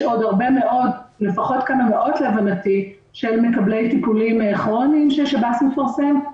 יש עוד לפחות כמה מאות של מקבלי טיפולים כרוניים ששב"ס מפרסם.